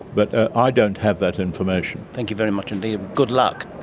but ah i don't have that information. thank you very much indeed. good luck.